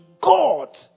God